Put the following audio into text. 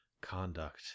conduct